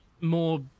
more